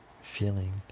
feeling